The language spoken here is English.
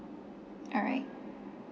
alright